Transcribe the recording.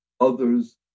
others